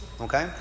Okay